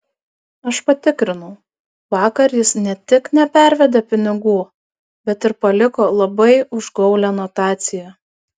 aš patikrinau vakar jis ne tik nepervedė pinigų bet ir paliko labai užgaulią notaciją